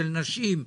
של נשים,